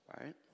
right